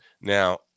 now